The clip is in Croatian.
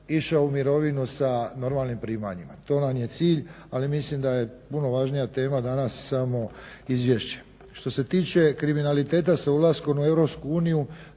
išao u mirovinu sa normalnim primanjima. To nam je cilj ali mislim da je puno važnija tema danas samo izvješće. Što se tiče kriminaliteta s ulaskom u